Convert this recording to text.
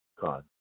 God